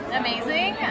amazing